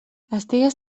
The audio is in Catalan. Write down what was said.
estigues